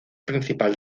principal